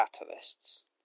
catalysts